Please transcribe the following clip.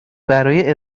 برای